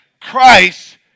Christ